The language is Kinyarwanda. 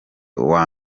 uwa